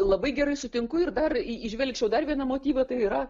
labai gerai sutinku ir dar į įžvelgčiau dar vieną motyvą tai yra